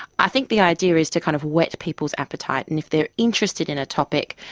i think the idea is to kind of whet people's appetite, and if they are interested in a topic,